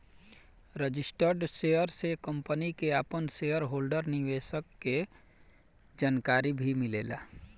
registered share से company के आपन शेयर होल्डर निवेशक के जानकारी भी मिलेला